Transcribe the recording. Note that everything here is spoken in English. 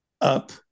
up